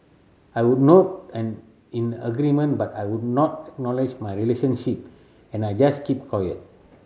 I would nod an in agreement but I would not acknowledge my relationship and I just kept quiet